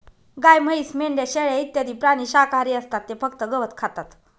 गाय, म्हैस, मेंढ्या, शेळ्या इत्यादी प्राणी शाकाहारी असतात ते फक्त गवत खातात